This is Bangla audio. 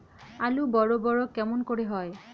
আলু বড় বড় কেমন করে হয়?